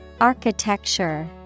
Architecture